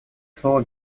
слово